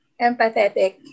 empathetic